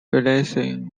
releasing